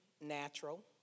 natural